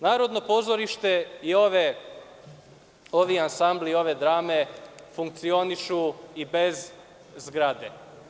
Narodno pozorište i ovi ansambli i ove drame funkcionišu i bez zgrade.